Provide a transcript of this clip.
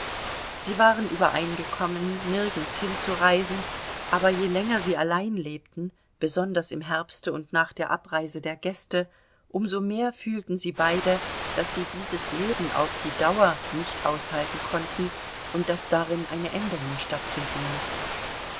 sie waren übereingekommen nirgends hinzureisen aber je länger sie allein lebten besonders im herbste und nach der abreise der gäste um so mehr fühlten sie beide daß sie dieses leben auf die dauer nicht aushalten konnten und daß darin eine änderung stattfinden müsse